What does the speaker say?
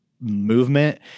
movement